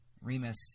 Remus